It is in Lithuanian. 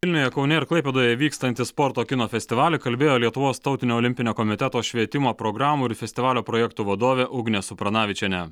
vilniuje kaune ir klaipėdoje vykstanti sporto kino festivalį kalbėjo lietuvos tautinio olimpinio komiteto švietimo programų ir festivalio projektų vadovė ugnė supranavičienė